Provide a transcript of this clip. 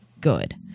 good